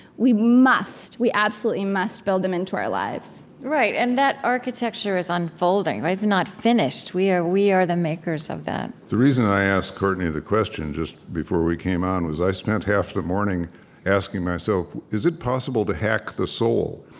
we must, we absolutely must build them into our lives right. and that architecture is unfolding, right? it's not finished. we are we are the makers of that the reason i asked courtney the question just before we came on was i spent half the morning asking myself, is it possible to hack the soul?